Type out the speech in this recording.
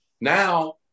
Now